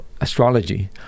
astrology